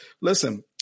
Listen